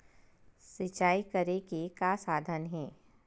सिंचाई करे के का साधन हे?